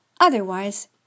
Otherwise